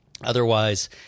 Otherwise